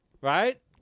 right